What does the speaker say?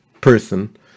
person